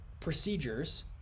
procedures